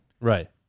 Right